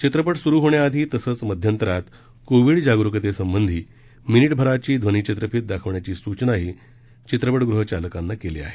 चित्रपट सुरु होण्याआधी तसंच मध्यंतरात कोविड जागरुकतेसंबंधी मिनिटभराची ध्वनिचित्रफीत दाखवण्याची सूचनाही चित्रपटगृह चालकांना केली आहे